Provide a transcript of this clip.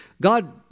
God